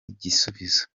igisubizo